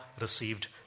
received